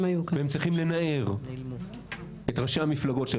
והם צריכים לנער את ראשי המפלגות שלהם.